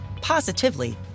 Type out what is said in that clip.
positively